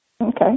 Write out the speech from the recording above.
Okay